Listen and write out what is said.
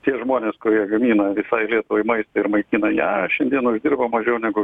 tie žmonės kurie gamina visai lietuvai maistą ir maitina ją šiandien uždirba mažiau negu